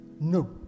no